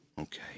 Okay